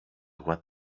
what